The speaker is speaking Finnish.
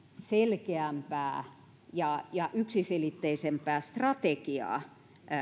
selkeämpää ja ja yksiselitteisempää strategiaa